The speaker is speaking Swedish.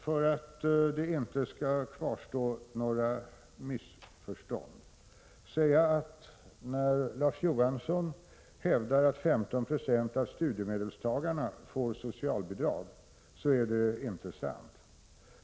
För att det inte skall kvarstå några missförstånd vill jag också kommentera Larz Johanssons uppgift att 15 20 av studiemedelstagarna får socialbidrag. Det är inte sant.